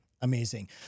Amazing